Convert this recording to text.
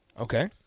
Okay